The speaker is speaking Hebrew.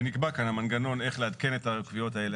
נקבע כאן המנגנון איך לעדכן את הקביעות האלה